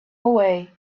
away